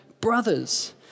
Brothers